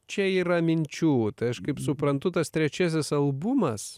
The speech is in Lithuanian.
čia yra minčių tai aš kaip suprantu tas trečiasis albumas